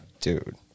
dude